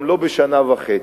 גם לא בשנה וחצי.